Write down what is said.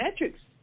metrics